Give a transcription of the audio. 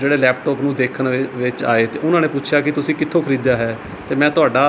ਜਿਹੜੇ ਲੈਪਟੋਪ ਨੂੰ ਦੇਖਣ ਦੇ ਵਿੱਚ ਆਏ ਅਤੇ ਉਹਨਾਂ ਨੇ ਪੁੱਛਿਆ ਕਿ ਤੁਸੀਂ ਕਿੱਥੋਂ ਖਰੀਦਿਆ ਹੈ ਅਤੇ ਮੈਂ ਤੁਹਾਡਾ